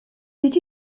did